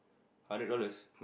hundred dollars